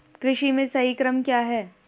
कृषि में सही क्रम क्या है?